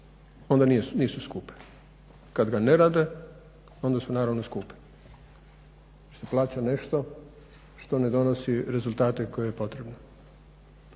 onda nisu skupe, kad ga ne rade onda su naravno skupe, …/Ne razumije se./… nešto što ne donosi rezultate koje je potrebno.